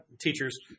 teachers